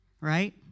Right